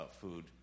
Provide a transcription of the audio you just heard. food